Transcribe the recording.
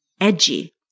Edgy